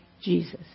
Jesus